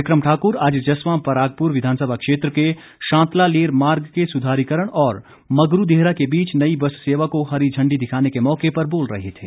बिक्रम ठाकुर आज जस्वां परागपुर विधानसभा क्षेत्र के शांतला लेर मार्ग के सुधारीकरण और मगरू देहरा के बीच नई बस सेवा को हरी झंडी दिखाने के मौके पर बोल रहे थे